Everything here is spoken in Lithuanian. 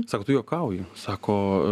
sako tu juokauji sako